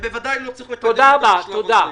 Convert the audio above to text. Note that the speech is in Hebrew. לכן בוודאי שלא צריך לקדם אותן בשלב הזה.